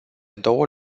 două